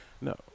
No